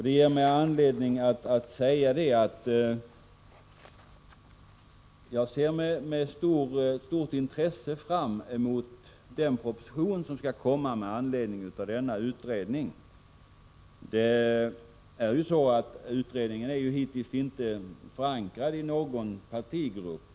Det ger mig anledning att säga att jag med stort intresse ser fram emot den proposition som skall komma med anledning av denna utredning. Utredningen är ju hittills inte förankrad i någon partigrupp.